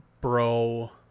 bro